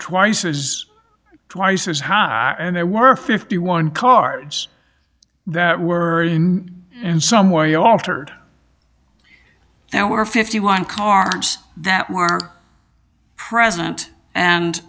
twice as twice as high and there were fifty one cards that were in in some way altered and were fifty one cards that were president and